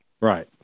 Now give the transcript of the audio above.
Right